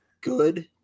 good